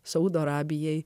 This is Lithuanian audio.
saudo arabijai